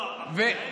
לא, הפגיעה היא